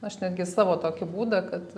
aš netgi savo tokį būdą kad